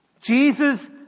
Jesus